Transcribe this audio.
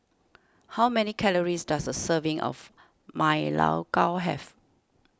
how many calories does a serving of Ma Lai Gao have